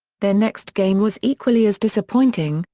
their next game was equally as disappointing,